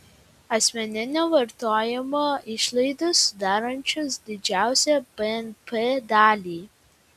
asmeninio vartojimo išlaidos sudarančios didžiausią bnp dalį